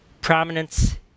prominence